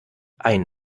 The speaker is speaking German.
ein